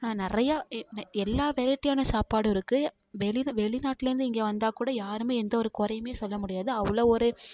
நிறையா எல்லா வெரைட்டியான சாப்பாடும் இருக்குது வெளியில் வெளி நாட்டிலேருந்து இங்கே வந்தால் கூட யாருமே எந்த ஒரு குறையுமே சொல்ல முடியாது அவ்வளோ ஒரு